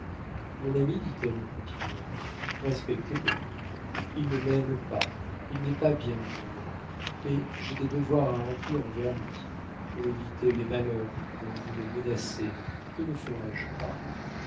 mon ami dit-elle en continuant respectez le il ne m'aime pas il n'est pas bien pour moi mais j'ai des devoirs à remplir envers lui pour éviter les malheurs dont vous le menacez que ne ferais-je pas